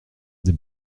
des